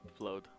upload